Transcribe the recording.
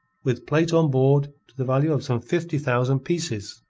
with plate on board to the value of some fifty thousand pieces.